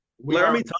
Laramie